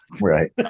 Right